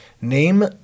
name